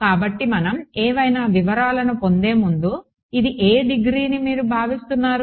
కాబట్టి మనం ఏవైనా వివరాలను పొందే ముందు ఇది ఏ డిగ్రీని మీరు భావిస్తున్నారు